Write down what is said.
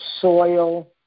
soil